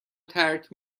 ترک